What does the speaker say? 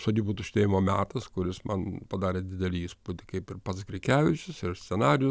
sodybų tuštėjimo metas kuris man padarė didelį įspūdį kaip ir pats grikevičius ir scenarijų